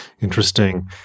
Interesting